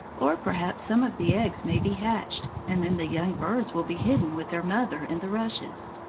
or perhaps some of the eggs may be hatched, and then the young birds will be hidden with their mother in the rushes.